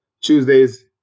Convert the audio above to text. tuesdays